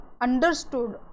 understood